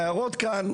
ההערות כאן,